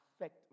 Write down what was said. affect